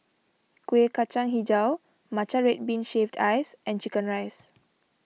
Kuih Kacang HiJau Matcha Red Bean Shaved Ice and Chicken Rice